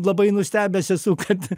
labai nustebęs esu kad